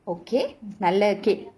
okay நல்ல கே~:nalla kae~